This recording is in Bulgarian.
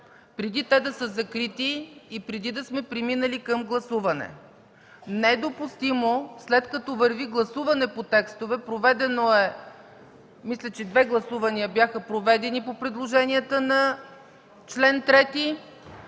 преди те да са закрити и преди да сме преминали към гласуване. Недопустимо е, след като върви гласуване по текстове, проведено е – мисля, че две гласувания бяха проведени по предложенията на чл. 3,